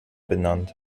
benannt